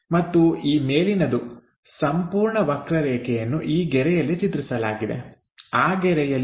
ಮತ್ತು ಈ ಮೇಲಿನದು ಸಂಪೂರ್ಣ ವಕ್ರರೇಖೆಯನ್ನು ಆ ಗೆರೆಯಲ್ಲಿ ಚಿತ್ರಿಸಲಾಗಿದೆ ಆ ಗೆರೆಯಲ್ಲಿ